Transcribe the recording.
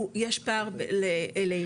יש פער אלינו,